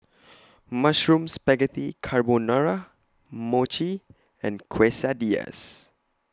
Mushroom Spaghetti Carbonara Mochi and Quesadillas